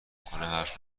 کنه، حرف